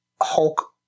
Hulk